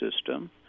system